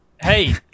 Hey